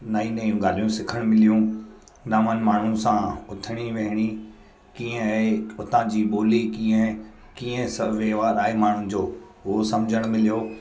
नई नयूं ॻाल्हियूं सिखण मिलियूं नवनि माण्हुनि सां उथणी वेहणी कीअं आहे उतां जी ॿोली कीअं आहे कीअं सभु वहिंवारु आहे माण्हुनि जो उहो सम्झणु मिलियो